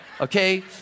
okay